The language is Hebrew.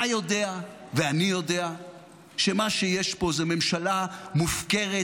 אתה יודע ואני יודע שמה שיש פה זה ממשלה מופקרת,